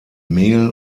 mehl